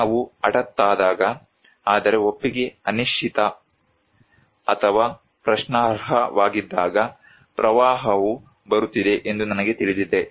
ಜ್ಞಾನವು ಹಠಾತ್ತಾದಾಗ ಆದರೆ ಒಪ್ಪಿಗೆ ಅನಿಶ್ಚಿತ ಅಥವಾ ಪ್ರಶ್ನಾರ್ಹವಾಗಿದ್ದಾಗ ಪ್ರವಾಹವು ಬರುತ್ತಿದೆ ಎಂದು ನನಗೆ ತಿಳಿದಿದೆ